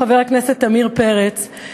חבר הכנסת עמיר פרץ,